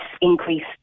increased